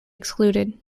excluded